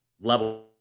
level